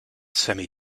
semi